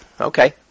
okay